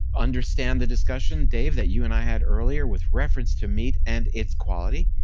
understand the discussion, dave, that you and i had earlier with reference to meat and its quality,